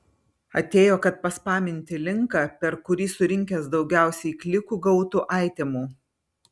atėjo kad paspaminti linką per kurį surinkęs daugiausiai klikų gautų aitemų